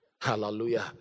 Hallelujah